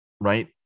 right